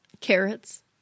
Carrots